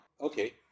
okay